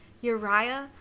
uriah